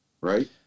right